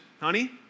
honey